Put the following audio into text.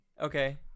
Okay